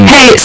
Hey